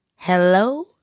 Hello